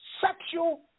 sexual